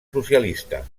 socialista